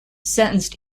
sentenced